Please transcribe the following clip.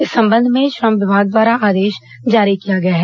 इस संबंध में श्रम विभाग द्वारा आदेश जारी किया गया है